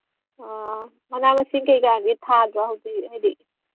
ꯑ ꯃꯅꯥ ꯃꯁꯤꯡ ꯀꯩꯀꯥꯗꯤ ꯊꯥꯗ꯭ꯔꯣ ꯍꯧꯖꯤꯛ ꯍꯥꯏꯗꯤ